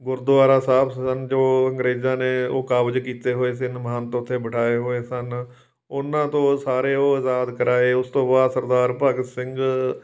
ਗੁਰਦੁਆਰਾ ਸਾਹਿਬ ਸਨ ਜੋ ਅੰਗਰੇਜ਼ਾਂ ਨੇ ਉਹ ਕਾਬਜ ਕੀਤੇ ਹੋਏ ਸੀ ਮਹੰਤ ਓਥੇ ਬਿਠਾਏ ਹੋਏ ਸਨ ਉਹਨਾਂ ਤੋਂ ਸਾਰੇ ਉਹ ਆਜ਼ਾਦ ਕਰਾਏ ਉਸ ਤੋਂ ਬਾਅਦ ਸਰਦਾਰ ਭਗਤ ਸਿੰਘ